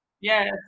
Yes